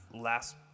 last